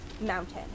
mountain